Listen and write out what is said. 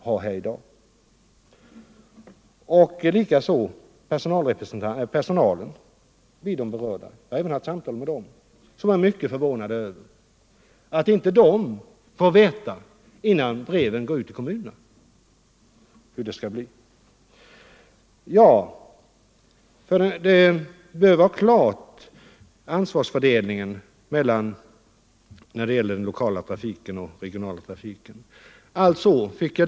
Jag har även haft samtal med den berörda personalen, som är mycket förvånad över att den inte har underrättats om inskränkningarna innan breven gått ut till kommunerna. Ansvarsfördelningen när det gäller den lokala och den regionala trafiken bör vara klar, säger kommunikationsministern.